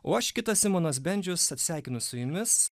o aš kitas simonas bendžius atsisveikinu su jumis